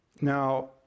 Now